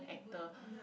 actor